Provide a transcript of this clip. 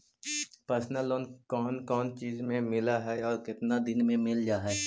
Personal loan कोन कोन चिज ल मिल है और केतना दिन में मिल जा है?